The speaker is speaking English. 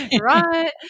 Right